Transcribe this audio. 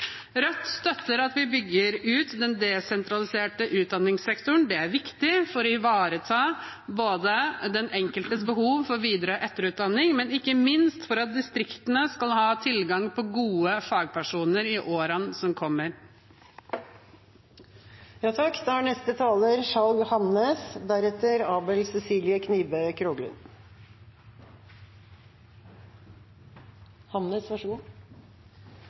Rødt støtter at vi bygger ut den desentraliserte utdanningssektoren. Det er viktig både for å ivareta den enkeltes behov for videre- og etterutdanning og ikke minst for at distriktene skal ha tilgang på gode fagpersoner i årene som kommer. For Senterpartiet og Arbeiderpartiet er